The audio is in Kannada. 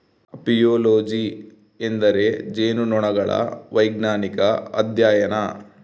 ಅಪಿಯೊಲೊಜಿ ಎಂದರೆ ಜೇನುನೊಣಗಳ ವೈಜ್ಞಾನಿಕ ಅಧ್ಯಯನ